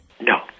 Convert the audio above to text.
No